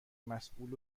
مسول